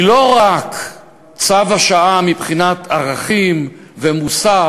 היא לא רק צו השעה מבחינת ערכים ומוסר